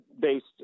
based